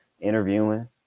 interviewing